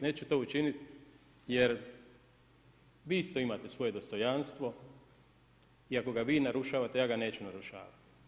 Neću to učiniti jer vi isto imate svoje dostojanstvo i ako ga vi narušavate ja ga neću narušavati.